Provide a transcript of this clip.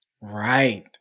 Right